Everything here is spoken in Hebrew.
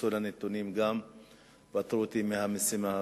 התייחסו גם לנתונים ופטרו אותי מהמשימה הזו.